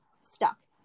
stuck